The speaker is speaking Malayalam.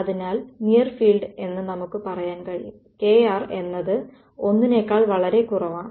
അതിനാൽ നിയർ ഫീൽഡ് എന്ന് നമുക്ക് പറയാൻ കഴിയും kr എന്നത് 1 നേക്കാൾ വളരെ കുറവാണ്